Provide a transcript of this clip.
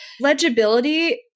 legibility